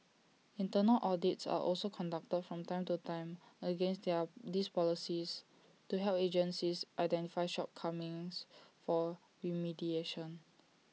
internal audits are also conducted from time to time against they're these policies to help agencies identify shortcomings for remediation